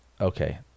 okay